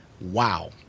Wow